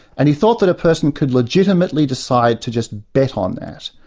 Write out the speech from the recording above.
and he thought that a person could legitimately decide to just bet on that.